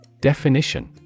Definition